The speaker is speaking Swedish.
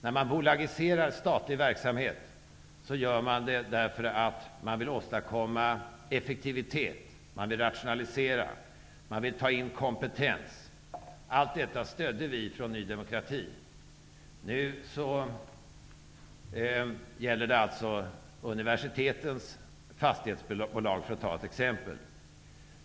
När statlig verksamhet bolagiseras är det för att åstadkomma effektivitet. Man vill rationalisera, och man vill ta in kompetens. Allt detta stödjer vi från Ny demokrati. Nu gäller det t.ex. Fru talman!